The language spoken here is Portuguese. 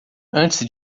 antes